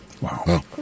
Wow